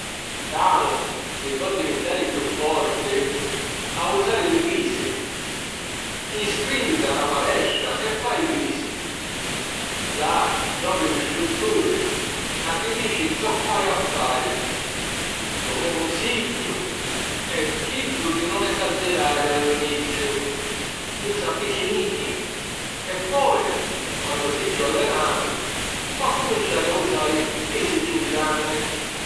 Tanu, si vo' divintari chiù forti, ha' a usari li pisi. Inscrìviti a na palestra e fai pisi. Ddà trovi l'istrutturi ca ti dici zoccu hai a fari. Lu me cunsigghiu è chiddu di non esagerari a l'iniziu. Usa pisi nichi e poi, quannu si chiù allenatu, po' accuminciari a usari pisi chiù granni.